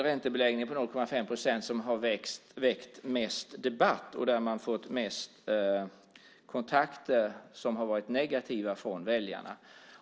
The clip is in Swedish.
Räntebeläggningen med 0,5 procent är den punkt som har väckt mest debatt och där man har fått mest negativa kontakter från väljarna.